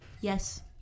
Yes